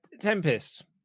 tempest